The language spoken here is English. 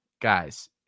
guys